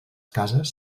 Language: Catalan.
cases